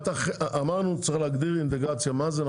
אמרנו צריך להגדיר אינטגרציה מה זה,